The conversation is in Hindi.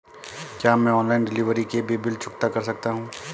क्या मैं ऑनलाइन डिलीवरी के भी बिल चुकता कर सकता हूँ?